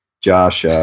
Josh